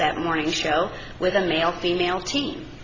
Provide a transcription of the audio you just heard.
that morning show with a male female team